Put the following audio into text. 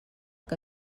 que